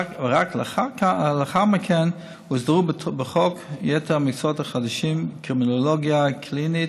ורק לאחר מכן הוסדרו בחוק יתר המקצועות החדשים: קרימינולוגיה קלינית,